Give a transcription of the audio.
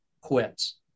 quits